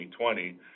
2020